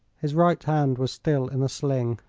his right hand was still in a sling.